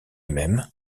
même